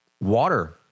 water